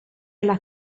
alla